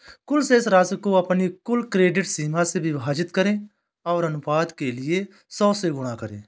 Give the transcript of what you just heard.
कुल शेष राशि को अपनी कुल क्रेडिट सीमा से विभाजित करें और अनुपात के लिए सौ से गुणा करें